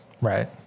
Right